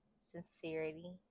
sincerity